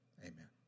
Amen